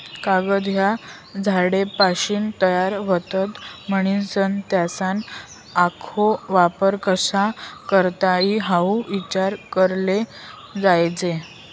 कागद ह्या झाडेसपाशीन तयार व्हतस, म्हनीसन त्यासना आखो वापर कशा करता ई हाऊ ईचार कराले जोयजे